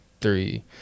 three